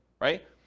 right